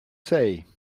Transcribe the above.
say